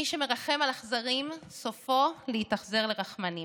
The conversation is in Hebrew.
מי שמרחם על אכזרים סופו להתאכזר לרחמנים.